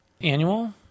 Annual